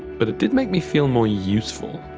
but it did make me feel more useful,